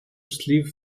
sleeve